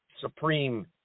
supreme